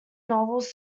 novels